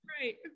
right